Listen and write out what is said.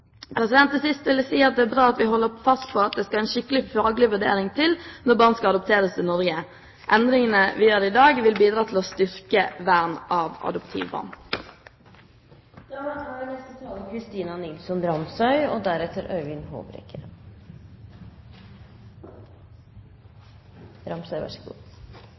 sist vil jeg si at det er bra at vi holder fast på at det skal en skikkelig faglig vurdering til når barn skal adopteres til Norge. Endringene vi gjør i dag, vil bidra til å styrke vernet av adoptivbarn. Senterpartiet er opptatt av at alle barn skal ha rett til en god og